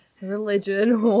religion